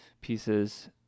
pieces